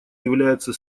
является